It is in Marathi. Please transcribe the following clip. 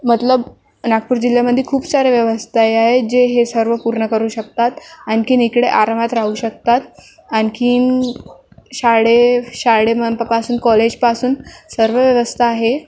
मतलब नागपूर जिल्ह्यामध्ये खूप सारे व्यवस्थाही आहेत जे हे सर्व पूर्ण करू शकतात आणखीन इकडे आरामात राहू शकतात आणखी शाळे शाळेमपासून कॉलेजपासून सर्व व्यवस्था आहे